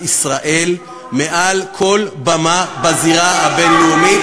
ישראל מעל כל במה בזירה הבין-לאומית.